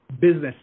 business